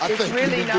really not.